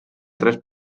tres